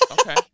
okay